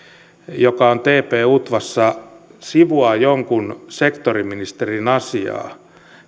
joka tp utvassa sivuaa jonkun sektoriministerin asiaa